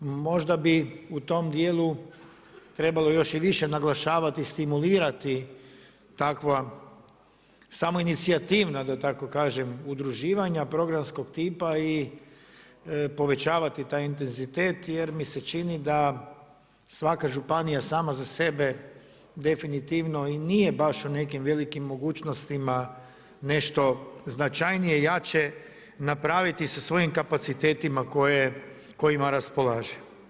Možda bi u tom dijelu trebalo još više naglašavati i stimulirati takva samoinicijativna da tako kažem udruživanja programskog tipa i povećavati taj intenzitet jer mi se čini da svaka županija sama za sebe definitivno i nije baš u nekim velikim mogućnostima nešto značajnije i jače napraviti sa svojim kapacitetima kojima raspolaže.